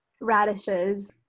radishes